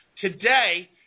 today